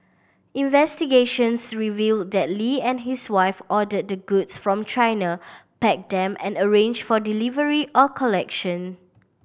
investigations revealed that Lee and his wife ordered the goods from China packed them and arranged for delivery or collection